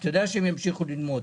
אתה יודע שהם ימשיכו ללמוד.